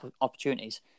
opportunities